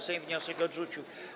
Sejm wniosek odrzucił.